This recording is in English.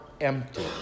empty